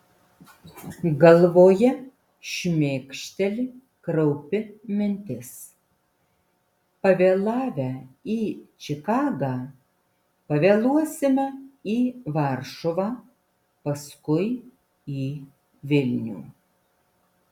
galvoje šmėkšteli kraupi mintis pavėlavę į čikagą pavėluosime į varšuvą paskui į vilnių